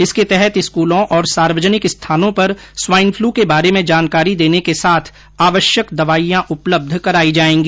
इसके तहत स्कूलों और सार्वजनिक स्थानों पर स्वाईन फ्लू के बारे में जानकारी देने के साथ आवश्यक दवाईयां उपलब्ध कराई जायेगी